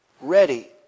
Ready